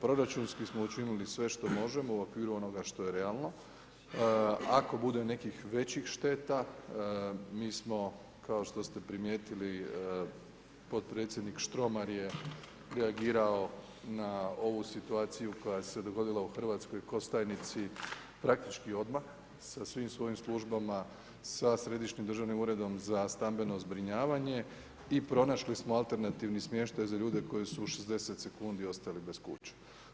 Proračunski smo učinili sve što možemo u okviru onoga što je realno, ako bude nekih većih šteta, mi smo kao što ste primijetili, podpredsjednik Štromar je reagirao na ovu situaciju koja se dogodila u Hrvatskoj Kostajnici praktički odmah, sa svim svojim službama, sa Središnjim državnim uredom za stambeno zbrinjavanje i pronašli smo alternativni smještaj za ljude koji su u 60 sekundi ostali bez kuća.